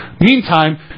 Meantime